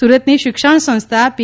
સુરતની શિક્ષણસંસ્થા પી